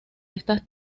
estas